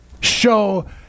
show